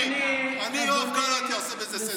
אני, יואב גלנט, אעשה בזה סדר.